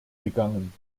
gegangen